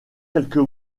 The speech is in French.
quelques